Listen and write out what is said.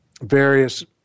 Various